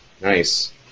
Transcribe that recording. nice